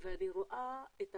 אני מודה לכל באי